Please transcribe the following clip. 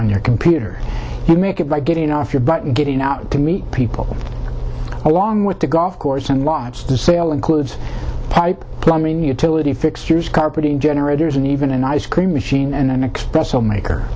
on your computer you make it by getting off your butt and getting out to meet people along with the golf course and lobster sale includes pipe plumbing utility fixtures carpeting generators and even an ice cream machine and espresso maker